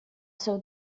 seu